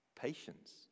patience